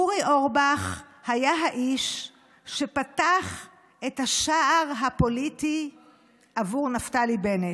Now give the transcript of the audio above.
אורי אורבך היה האיש שפתח את השער הפוליטי עבור נפתלי בנט.